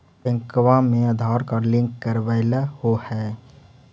बैंकवा मे Aadhaar card link करवैलहो है?